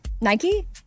Nike